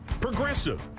Progressive